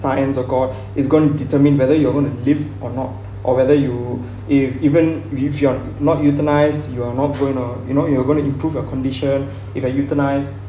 science or god is going to determine whether your own live or not or whether you if even leave you're not euthanized you are not going to you know you are going to improve your condition if uh euthanized